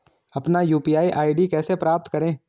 अपना UPI ID कैसे प्राप्त करें?